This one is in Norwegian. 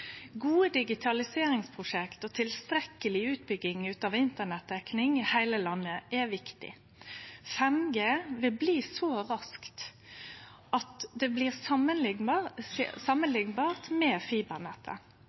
Gode digitaliseringsprosjekt og tilstrekkeleg utbygging av internettdekning i heile landet er viktig. 5G vil bli så raskt at det blir